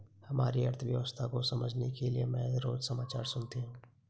हमारी अर्थव्यवस्था को समझने के लिए मैं रोज समाचार सुनती हूँ